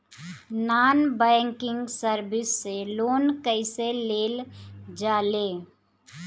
Non banking service से loan कैसे लेल जा ले?